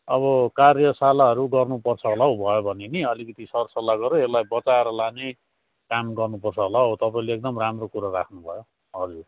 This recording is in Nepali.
अब कार्यशालाहरू गर्नुपर्छ होला हौ भयो भने नि अलिकति सरसल्लाह गऱ्यो यसलाई बचाएर लाने काम गर्नुपर्छ होला हौ तपाईँले एकदम राम्रो कुरो राख्नुभयो हजुर